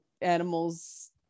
animals